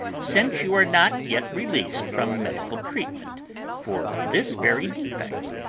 since you are not yet released from medical treatment for this very defect.